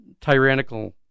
tyrannical